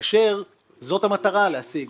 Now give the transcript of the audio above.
כאשר זאת המטרה להשיג,